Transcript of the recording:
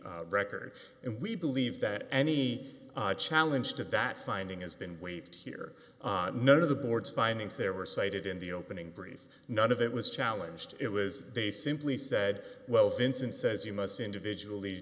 record and we believe that any challenge to that finding is been waived here none of the board's findings there were cited in the opening brief none of it was challenged it was they simply said well vincent says you must individual